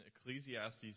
Ecclesiastes